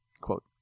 quote